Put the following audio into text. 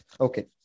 okay